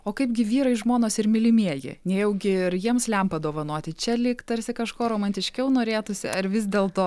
o kaipgi vyrai žmonos ir mylimieji nejaugi ir jiems lempą dovanoti čia lyg tarsi kažko romantiškiau norėtųsi ar vis dėlto